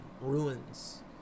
ruins